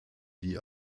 die